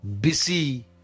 busy